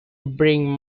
bring